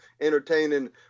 entertaining